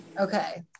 Okay